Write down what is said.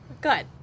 Good